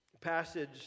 passage